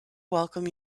welcome